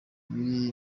biri